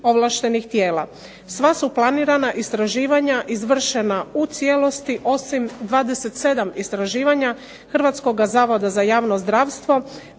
ovlaštenih tijela. Sva su planirana istraživanja izvršena u cijelosti osim 27 istraživanja Hrvatskoga zavoda za javno zdravstvo